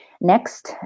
next